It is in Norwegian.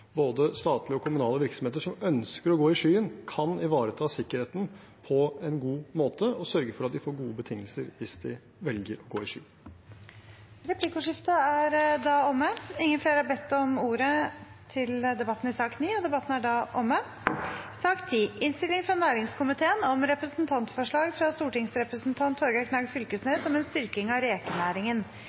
både statlige og kommunale virksomheter som ønsker å gå i skyen, kan ivareta sikkerheten på en god måte og sørge for at de får gode betingelser hvis de velger å gå i skyen. Replikkordskiftet er omme. Etter ønske fra næringskomiteen vil presidenten ordne debatten slik: 3 minutter til hver partigruppe og